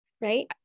right